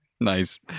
Nice